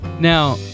Now